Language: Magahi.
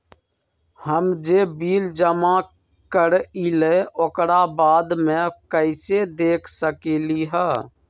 हम जे बिल जमा करईले ओकरा बाद में कैसे देख सकलि ह?